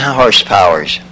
horsepowers